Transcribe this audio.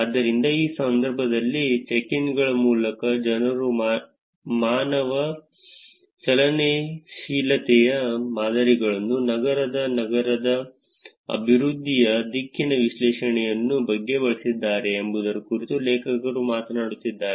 ಆದ್ದರಿಂದ ಈ ಸಂದರ್ಭದಲ್ಲಿ ಚೆಕ್ ಇನ್ಗಳ ಮೂಲಕ ಜನರು ಮಾನವ ಚಲನಶೀಲತೆಯ ಮಾದರಿಗಳನ್ನು ನಗರದ ನಗರ ಅಭಿವೃದ್ಧಿಯ ದಿಕ್ಕಿನ ವಿಶ್ಲೇಷಣೆಯನ್ನು ಹೇಗೆ ಬಳಸಿದ್ದಾರೆ ಎಂಬುದರ ಕುರಿತು ಲೇಖಕರು ಮಾತನಾಡುತ್ತಿದ್ದಾರೆ